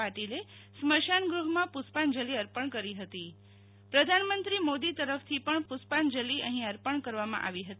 પાટિલે સ્મશાન ગૃહમાં પુષ્પાંજલિ અર્પણ કરી હતી પ્રધાનમંત્રી મોદી તરફથી પણ પુષ્પાંજલિ અહી અર્પણ કરવામાં આવી હતી